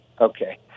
Okay